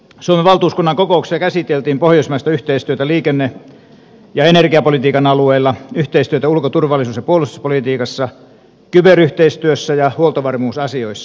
suomen valtuuskunnan kokouksissa käsiteltiin pohjoismaista yhteistyötä liikenne ja energiapolitiikan alueilla yhteistyötä ulko turvallisuus ja puolustuspolitiikassa kyberyhteistyössä ja huoltovarmuusasioissa